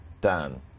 Dan